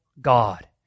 God